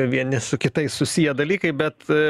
vieni su kitais susiję dalykai bet